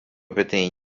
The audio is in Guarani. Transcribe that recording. peteĩ